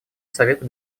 совета